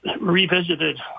revisited